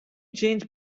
change